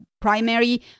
primary